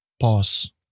Pause